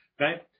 Okay